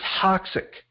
toxic